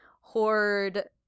hoard